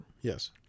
Yes